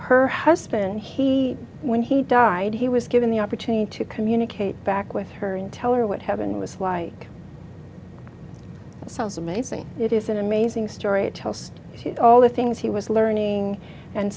her husband he when he died he was given the opportunity to communicate back with her and tell her what heaven was like sounds amazing it is an amazing story a toast to all the things he was learning and